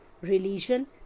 religion